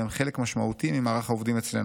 והם חלק משמעותי ממערך העובדים אצלנו.